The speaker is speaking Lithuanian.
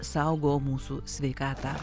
saugo mūsų sveikatą